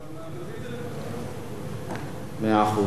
מאה אחוז.